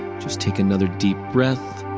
just take another deep breath.